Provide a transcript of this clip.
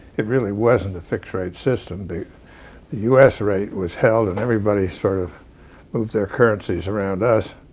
it really wasn't a fixed-rate system. the u s. rate was held and everybody sort of moved their currencies around us,